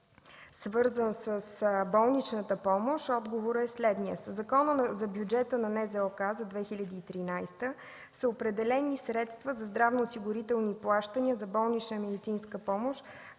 свързан с болничната помощ, отговорът е следният: „Със Закона за бюджета на НЗОК за 2013 г. са определени средства за здравноосигурителни плащания за болнична медицинска помощ